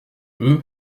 eux